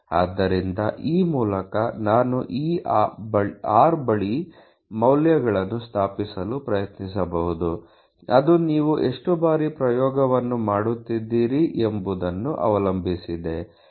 ಆದ್ದರಿಂದ ಈ ಮೂಲಕ ನಾನು ಈ r ಬಳಿ ಮೌಲ್ಯಗಳನ್ನು ಸ್ಥಾಪಿಸಲು ಪ್ರಯತ್ನಿಸಬಹುದು ಅದು ನೀವು ಎಷ್ಟು ಬಾರಿ ಪ್ರಯೋಗವನ್ನು ಮಾಡುತ್ತಿದ್ದೀರಿ ಎಂಬುದನ್ನು ಅವಲಂಬಿಸಿದೆ